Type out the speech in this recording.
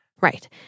Right